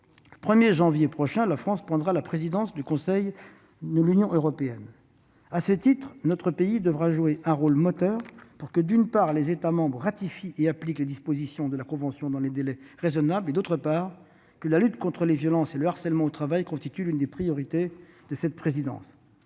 le 1 janvier prochain, la France prendra la présidence du Conseil de l'Union européenne. À ce titre, notre pays devra jouer un rôle moteur pour, d'une part, que les États membres ratifient et appliquent les dispositions de la convention dans des délais raisonnables et, d'autre part, que la lutte contre la violence et le harcèlement au travail constitue l'une des priorités de cette présidence.